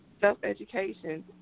Self-education